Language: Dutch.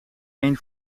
één